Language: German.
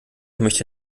möchte